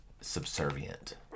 subservient